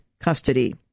custody